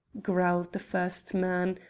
growled the first man,